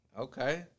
Okay